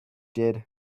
did